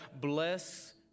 bless